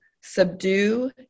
subdue